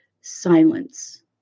silence